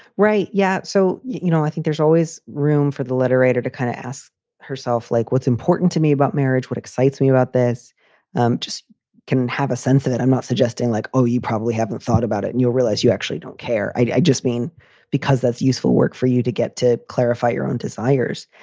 right yeah. so, you know, i think there's always room for the literates to kind of ask herself, like, what's important to me about marriage. what excites me about this um just can have a sense of that. i'm not suggesting like, oh, you probably haven't thought about it and you'll realize you actually don't care. i just mean because that's useful work for you to get to clarify your own desires.